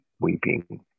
weeping